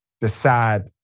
decide